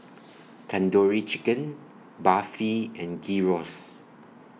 Tandoori Chicken Barfi and Gyros